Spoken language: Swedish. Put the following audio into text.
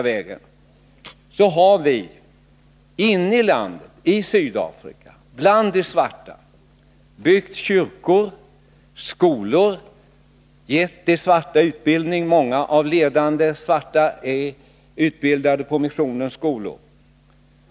Vi har inne i Sydafrika, bland de svarta, byggt kyrkor och skolor och gett de svarta utbildning — många av de ledande svarta är utbildade på missionens skolor.